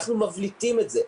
אנחנו מבליטים את זה.